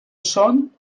son